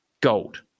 Gold